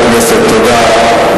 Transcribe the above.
חברי הכנסת, תודה.